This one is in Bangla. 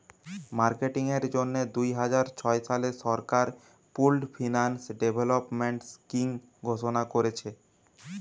মার্কেটিং এর জন্যে দুইহাজার ছয় সালে সরকার পুল্ড ফিন্যান্স ডেভেলপমেন্ট স্কিং ঘোষণা কোরেছে